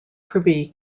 privy